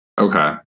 Okay